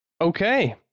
Okay